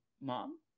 mom